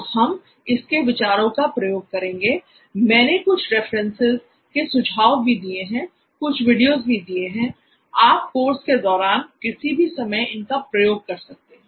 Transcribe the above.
तो हम इसके विचारों का प्रयोग करेंगे मैंने कुछ रेफरेंसेस के सुझाव भी दिए हैं कुछ वीडियोस भी दिए हैं आप कोर्स के दौरान किसी भी समय इनका प्रयोग कर सकते हैं